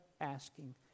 asking